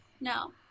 No